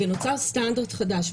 ונוצר סטנדרט חדש.